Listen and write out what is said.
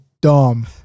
dumb